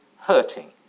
hurting